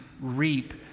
reap